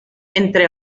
entre